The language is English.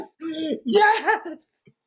yes